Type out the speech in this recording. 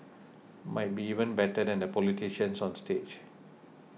might be even better than the politicians on stage